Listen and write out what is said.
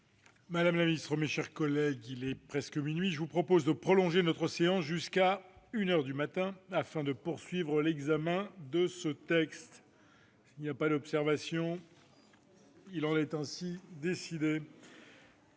Madame la ministre, mes chers collègues, il est presque minuit. Je vous propose de prolonger notre séance jusqu'à une heure, afin de poursuivre plus avant l'examen de ce texte. Il n'y a pas d'observation ?... Il en est ainsi décidé.